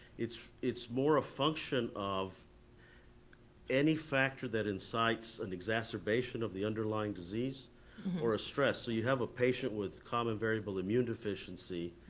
it's it's more function of any factor that insights an exacerbation of the underlying disease disease or a stress. so you have a patient with common variable immune deficiency,